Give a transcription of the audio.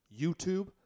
YouTube